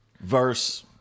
verse